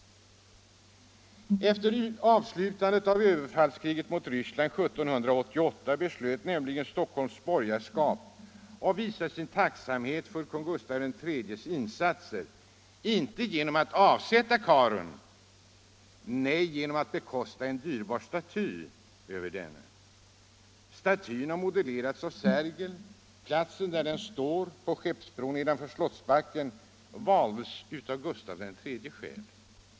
Efter avslutandet av överfallskriget mot Ryssland 1788 beslöt nämligen Stockholms borgerskap att visa sin tacksamhet för konung Gustav III:s insatser. Man avsatte inte karlen — nej, man bekostade en dyrbar staty över denne! Statyn har modellerats av Sergel. Platsen där den står, på Skeppsbron nedanför Slottsbacken, valdes av Gustav III själv.